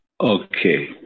Okay